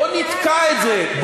בואו נתקע את זה,